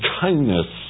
kindness